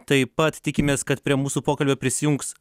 taip pat tikimės kad prie mūsų pokalbio prisijungs